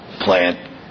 plant